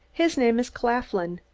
his name is claflin.